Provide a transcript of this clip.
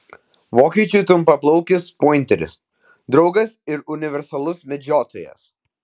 vokiečių trumpaplaukis pointeris draugas ir universalus medžiotojas